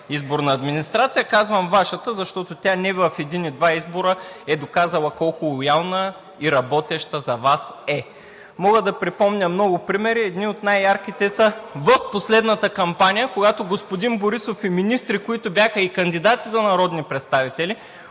изборна администрация. Казвам Вашата, защото тя не в един и два избора е доказала колко лоялна и работеща за Вас е. Мога да припомня много примери. Едни от най-ярките са в последната кампания, когато господин Борисов и министрите, които бяха и кандидати за народни представители,